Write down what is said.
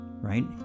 right